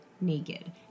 naked